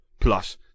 Plus